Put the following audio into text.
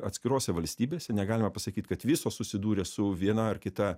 atskirose valstybėse negalima pasakyt kad visos susidūrė su viena ar kita